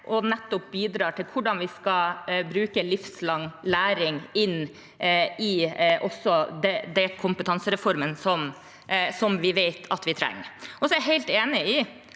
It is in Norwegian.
og nettopp bidrar med innspill til hvordan vi skal bruke livslang læring inn i den kompetansereformen vi vet at vi trenger. Jeg er helt enig i